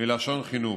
מלשון חינוך.